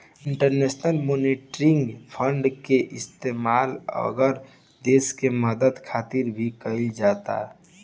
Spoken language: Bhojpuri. इंटरनेशनल मॉनिटरी फंड के इस्तेमाल अलग देश के मदद खातिर भी कइल जाला